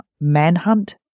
Manhunt